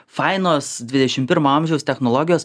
fainos dvidešimt pirmo amžiaus technologijos